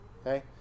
okay